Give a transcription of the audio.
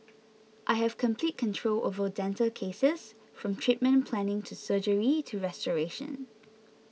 I have complete control over dental cases from treatment planning to surgery to restoration